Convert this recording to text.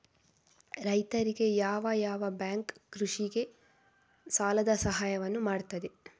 ರೈತರಿಗೆ ಯಾವ ಯಾವ ಬ್ಯಾಂಕ್ ಕೃಷಿಗೆ ಸಾಲದ ಸಹಾಯವನ್ನು ಮಾಡ್ತದೆ?